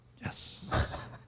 Yes